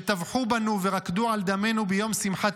שטבחו בנו ורקדו על דמנו ביום שמחת